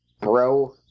bro